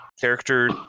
character